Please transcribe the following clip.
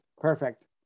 Perfect